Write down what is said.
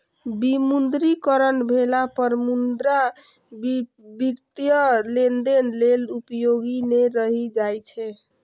विमुद्रीकरण भेला पर मुद्रा वित्तीय लेनदेन लेल उपयोगी नै रहि जाइ छै